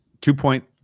two-point